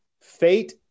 Fate